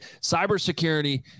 cybersecurity